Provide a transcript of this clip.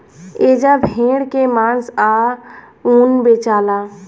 एजा भेड़ के मांस आ ऊन बेचाला